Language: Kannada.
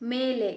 ಮೇಲೆ